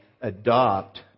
adopt